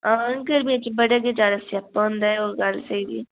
हां गर्मियें च बड़ा गै जैदा स्यापा होंदा ऐ ओह् गल्ल स्हेई ऐ